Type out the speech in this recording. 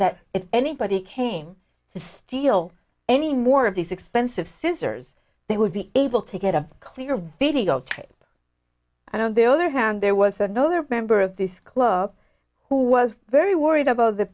that if anybody came to steal any more of these expensive scissors they would be able to get a clear videotape and on the other hand there was another member of this club who was very worried about th